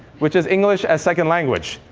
which is english as second language.